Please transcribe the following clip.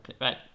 Right